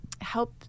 help